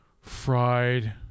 Fried